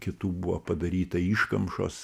kitų buvo padaryta iškamšos